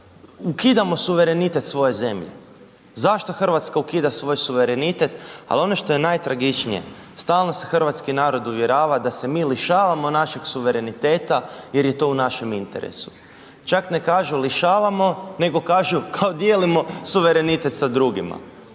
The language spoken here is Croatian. ukidamo suverenitet svoje zemlje. Zašto RH ukida svoj suverenitet? Al ono što je najtragičnije, stalno se hrvatski narod uvjerava da se mi lišavamo našeg suvereniteta jer je to u našem interesu, čak ne kažu lišavamo, nego kažu kao dijelimo suverenitet sa drugima,